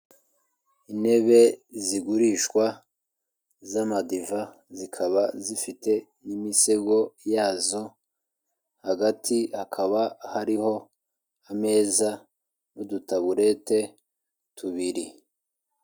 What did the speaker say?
Intebe zigurishwa zamadiva zikaba zifite n'imisego yazo hagati hakaba hariho ameza n'udutaburete tubiri.